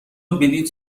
بلیط